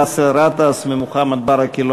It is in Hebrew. באסל גטאס ומוחמד ברכה,